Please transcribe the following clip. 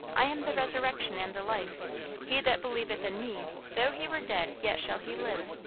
i am the resurrection and the life he that believeth in me, though he were dead, yet shall he live.